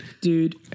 dude